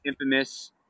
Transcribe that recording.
infamous